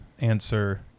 answer